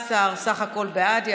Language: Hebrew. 17 בעד.